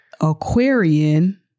Aquarian